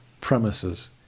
premises